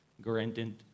granted